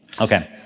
Okay